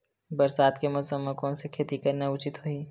बरसात के मौसम म कोन से खेती करना उचित होही?